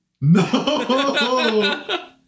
No